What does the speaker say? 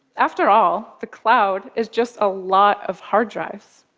after all, the cloud is just a lot of hard drives.